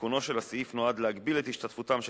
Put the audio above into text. תיקונו של הסעיף נועד להגביל את השתתפותם של